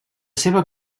seva